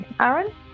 Aaron